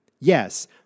Yes